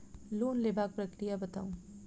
Loan लेबाक प्रक्रिया बताऊ?